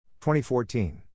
2014